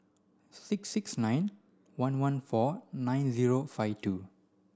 six six nine one one four nine zero five two